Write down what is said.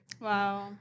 Wow